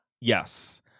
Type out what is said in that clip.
Yes